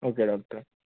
okay doctor